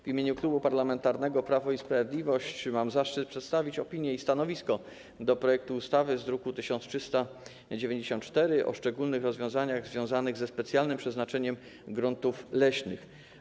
W imieniu Klubu Parlamentarnego Prawo i Sprawiedliwość mam zaszczyt przedstawić opinię i stanowisko w sprawie projektu ustawy z druku nr 1394 o szczególnych rozwiązaniach związanych ze specjalnym przeznaczeniem gruntów leśnych.